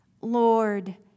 Lord